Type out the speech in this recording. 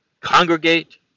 congregate